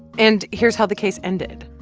and here's how the case ended.